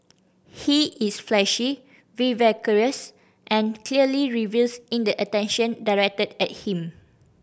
he is flashy vivacious and clearly revels in the attention directed at him